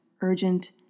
urgent